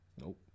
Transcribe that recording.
Nope